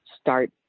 start